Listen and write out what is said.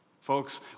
Folks